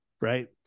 Right